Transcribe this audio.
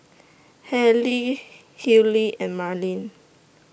Hailey Hillery and Marlin